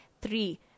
three